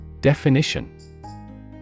Definition